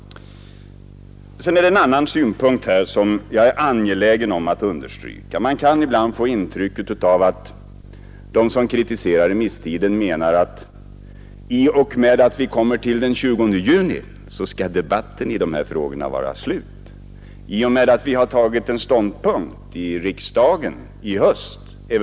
Det finns en annan synpunkt som jag är angelägen om att understryka. Man kan ibland få intrycket att de som kritiserar remisstiden menar att den 20 juni skall debatten i dessa frågor vara slut — eventuellt i och med att vi har tagit ställning i riksdagen i höst.